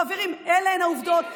חברים, אלה הן העובדות.